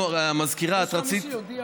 מישהו הודיע